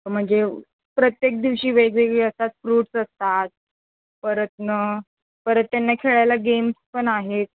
म्हणजे प्रत्येक दिवशी वेगवेगळी असतात फ्रूट्स असतात परत ना परत त्यांना खेळायला गेम्स पण आहेत